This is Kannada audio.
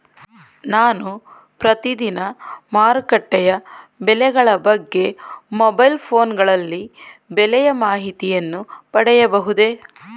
ನಾನು ಪ್ರತಿದಿನ ಮಾರುಕಟ್ಟೆಯ ಬೆಲೆಗಳ ಬಗ್ಗೆ ಮೊಬೈಲ್ ಫೋನ್ ಗಳಲ್ಲಿ ಬೆಲೆಯ ಮಾಹಿತಿಯನ್ನು ಪಡೆಯಬಹುದೇ?